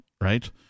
right